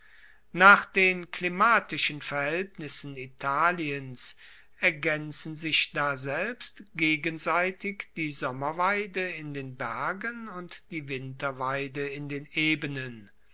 nach den klimatischen verhaeltnissen italiens ergaenzen sich daselbst gegenseitig die sommerweide in den bergen und die winterweide in den ebenen